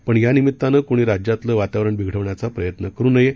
पण यानिमित्तानं कुणी राज्यातलं वातावरण बिघडवण्याचा प्रयत्न करु नये